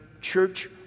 church